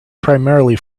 primarily